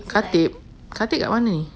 khatib khatib kat mana ni